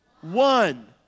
One